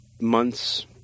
months